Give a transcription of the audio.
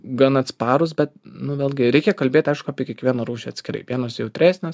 gan atsparūs bet nu vėlgi reikia kalbėt aišku apie kiekvieną rūšį atskirai vienos jautresnės